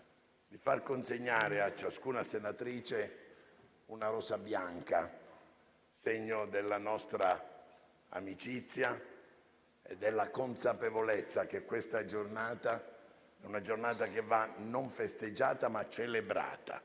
di far consegnare a ciascuna senatrice una rosa bianca, segno della nostra amicizia e della consapevolezza che questa giornata va non festeggiata, ma celebrata,